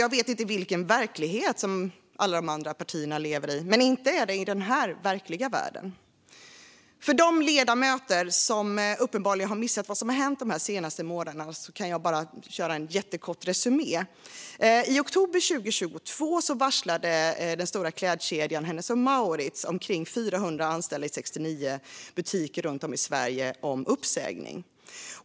Jag vet inte vilken verklighet som övriga partier lever i, men inte är det i den verkliga världen. För de ledamöter som uppenbarligen har missat vad som har hänt de senaste månaderna gör jag här en jättekort resumé. I oktober 2022 varslade klädkedjan Hennes & Mauritz omkring 400 anställda i 69 butiker runt om i Sverige om uppsägning.